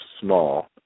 small